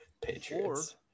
Patriots